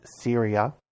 Syria